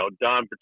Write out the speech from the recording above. don